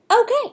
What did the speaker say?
Okay